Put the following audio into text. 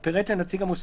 כרגע --- אין כרגע.